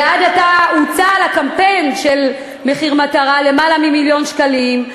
ועד עתה הוצאו על הקמפיין של מחיר מטרה למעלה ממיליון שקלים.